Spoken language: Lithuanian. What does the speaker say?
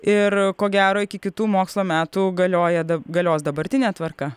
ir ko gero iki kitų mokslo metų galioja da galios dabartinė tvarka